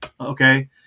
Okay